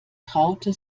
traute